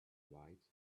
right